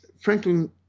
Franklin